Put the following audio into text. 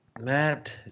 Matt